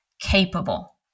Capable